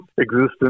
existence